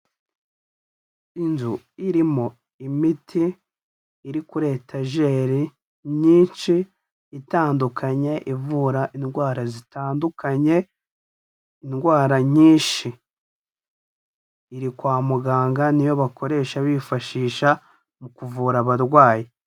Inzu irimo imiti iri kuri etajeri myinshi itandukanye ivura indwara zitandukanye, indwara nyinshi iri kwa muganga ni yo bakoresha bifashisha mu kuvura abarwayi.